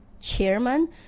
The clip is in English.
chairman